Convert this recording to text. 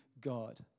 God